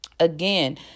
Again